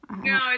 No